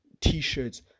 t-shirts